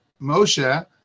Moshe